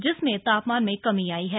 जिससे तापमान में कमी आयी है